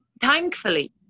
thankfully